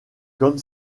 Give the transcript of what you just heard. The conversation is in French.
comme